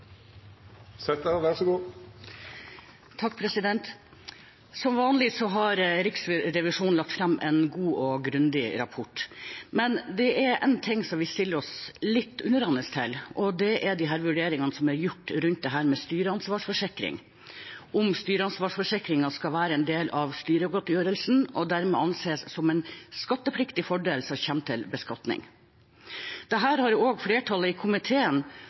ting vi stiller oss litt undrende til, og det er de vurderingene som er gjort rundt dette med styreansvarsforsikring, om styreansvarsforsikringen skal være en del av styregodtgjørelsen og dermed anses som en skattepliktig fordel som kommer til beskatning. Dette har også flertallet i komiteen